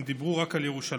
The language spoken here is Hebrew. הם דיברו רק על ירושלים.